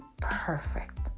perfect